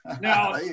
Now